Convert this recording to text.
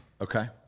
okay